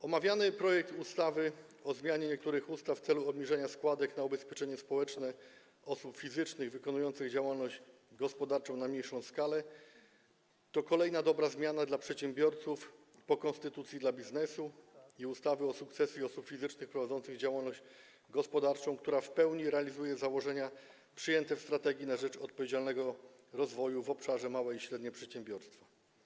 Omawiany projekt ustawy o zmianie niektórych ustaw w celu obniżenia składek na ubezpieczenie społeczne osób fizycznych wykonujących działalność gospodarczą na mniejszą skalę to kolejna dobra zmiana dla przedsiębiorców po konstytucji dla biznesu i ustawie o sukcesji osób fizycznych prowadzących działalność gospodarczą, która w pełni realizuje założenia przyjęte w „Strategii na rzecz odpowiedzialnego rozwoju” w obszarze dotyczącym małych i średnich przedsiębiorstw.